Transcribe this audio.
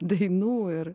dainų ir